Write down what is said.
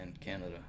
Canada